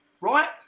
right